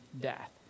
death